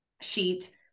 sheet